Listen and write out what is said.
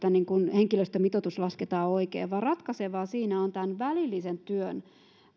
henkilöstömitoitus lasketaan oikein vaan ratkaisevaa siinä on tämän välillisen työn